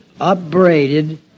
upbraided